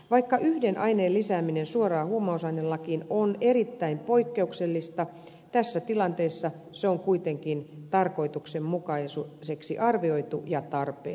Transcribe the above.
vaikka yhden aineen lisääminen suoraan huumausainelakiin on erittäin poikkeuksellista tässä tilanteessa se on kuitenkin tarkoituksenmukaiseksi arvioitua ja tarpeen